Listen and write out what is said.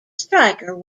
striker